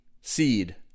seed